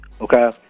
okay